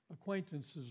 acquaintances